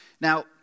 Now